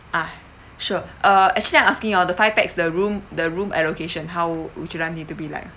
ah sure uh actually I'm asking you ah the five pax the room the room allocation how would you like it to be like